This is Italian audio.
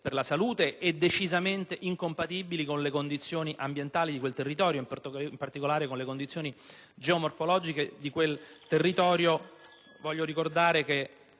per la salute e decisamente incompatibili con le condizioni ambientali di quel territorio, in particolare con le sue condizioni geomorfologiche. Voglio ricordare che